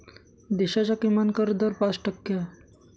देशाचा किमान कर दर पाच टक्के आहे